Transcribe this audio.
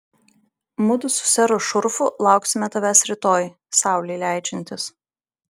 mudu su seru šurfu lauksime tavęs rytoj saulei leidžiantis